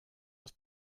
das